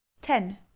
ten